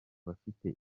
bafite